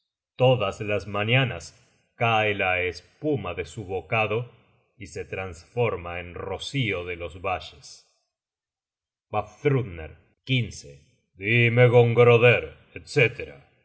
todas las mañanas cae la espuma de su bocado y se trasforma en rocio de los valles vafthrudner dime